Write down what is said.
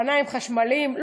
אופניים חשמליים,